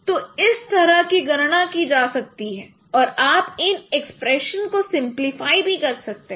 तो इस तरह की गणना की जा सकती है और आप इन एक्सप्रेशंस को सिंपलीफाई भी कर सकते हैं